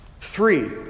Three